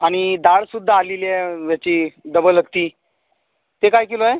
आणि डाळसुद्धा आलेली आहे याची डबल हत्ती ते काय किलो आहे